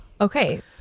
Okay